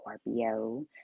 Scorpio